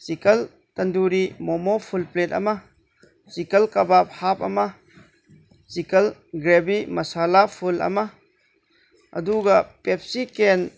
chicken tandoori momo full plate ꯑꯃ chicken kebab half ꯑꯃ chicken gravy masala full ꯑꯃ ꯑꯗꯨꯒ ꯄꯦꯞꯁꯤ ꯀꯦꯟ